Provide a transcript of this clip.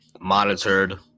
monitored